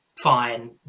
fine